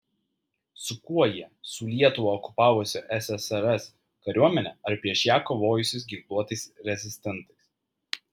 su kuo jie su lietuvą okupavusia ssrs kariuomene ar prieš ją kovojusiais ginkluotais rezistentais